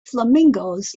flamingos